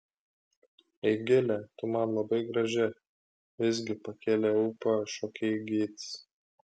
eigile tu man labai graži visgi pakėlė ūpą šokėjai gytis